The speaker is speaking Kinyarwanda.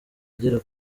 agera